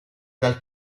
dal